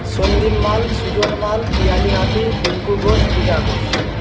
Sandeep Mal Sujan Mal Piyali Hati Tinku Ghosh Puja Ghosh